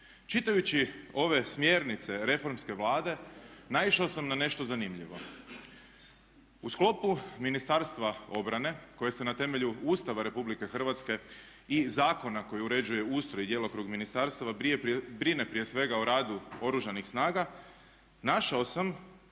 čitajući ove smjernice reformske Vlade naišao sam na nešto zanimljivo. U sklopu Ministarstva obrane koje se na temelju Ustava RH i zakona koji uređuje ustroj i djelokrug ministarstva brine prije svega o radu Oružanih snaga našao sam